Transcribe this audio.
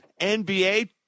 NBA